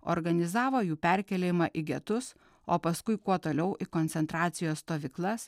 organizavo jų perkėlimą į getus o paskui kuo toliau į koncentracijos stovyklas